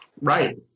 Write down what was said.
Right